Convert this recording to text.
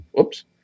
oops